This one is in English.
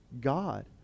God